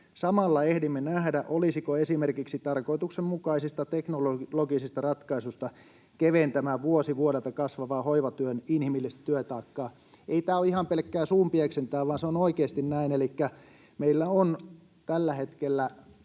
Samalla ehdimme nähdä, olisiko esimerkiksi tarkoituksenmukaisista teknologisista ratkaisuista keventämään vuosi vuodelta kasvavaa hoivatyön inhimillistä työtaakkaa. Ei tämä ole ihan pelkkää suunpieksentää, vaan se on oikeasti näin. Elikkä meillä ovat tällä hetkellä